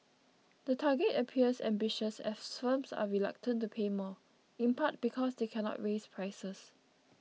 the target appears ambitious as firms are reluctant to pay more in part because they cannot raise prices